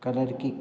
colour की